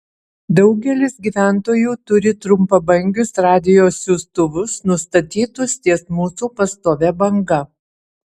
daugelis gyventojų turi trumpabangius radijo siųstuvus nustatytus ties mūsų pastovia banga